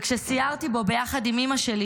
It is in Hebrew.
וכשסיירתי בו ביחד עם אימא שלי,